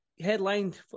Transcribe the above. Headlined